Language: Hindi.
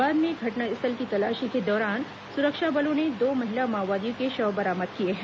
बाद में घटनास्थल की तलाशी के दौरान सुरक्षा बलों ने दो महिला माओवादियों के शव बरामद किए हैं